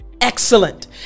excellent